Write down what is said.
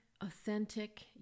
authentic